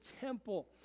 temple